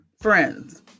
friends